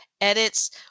Edits